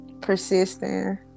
persistent